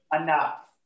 enough